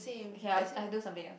okay lah I I'll do something else